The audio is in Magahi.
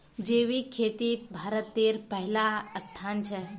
जैविक खेतित भारतेर पहला स्थान छे